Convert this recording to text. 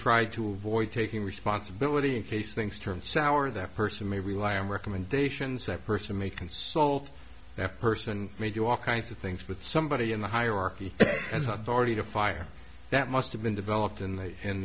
try to avoid taking responsibility in case things turn sour that person may rely on recommendations that person may consult that person may do all kinds of things with somebody in the hierarchy as authority to fire that must have been developed in the in